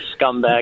scumbag